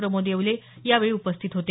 प्रमोद येवले यावेळी उपस्थित होते